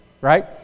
right